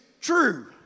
true